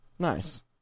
Nice